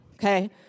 Okay